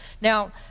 Now